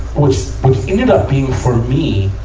which ended up being for me,